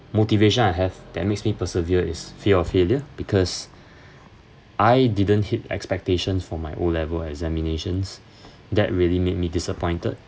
motivation I have that makes me persevere is fear of failure because I didn't hit expectations for my O-level examinations that really made me disappointed